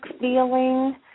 feeling